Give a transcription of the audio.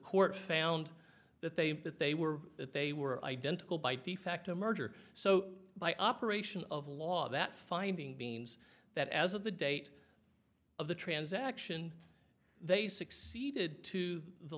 court found that they that they were that they were identical by de facto merger so by operation of law that finding beans that as of the date of the transaction they succeeded to the